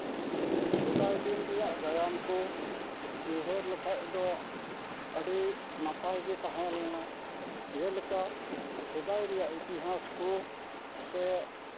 ᱥᱮᱫᱟᱭ ᱫᱤᱱ ᱨᱮᱭᱟᱜ ᱜᱟᱭᱟᱱ ᱠᱚ ᱩᱭᱦᱟᱹᱨ ᱞᱮᱠᱷᱟᱡ ᱫᱚ ᱟᱹᱰᱤ ᱱᱟᱯᱟᱭᱜᱮ ᱛᱟᱦᱮᱸᱞᱮᱱᱟ ᱡᱮᱞᱮᱠᱟ ᱥᱮᱫᱟᱭ ᱨᱮᱭᱟᱜ ᱤᱛᱤᱦᱟᱥ ᱠᱚ ᱥᱮ